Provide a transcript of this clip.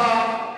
תודה רבה.